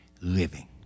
living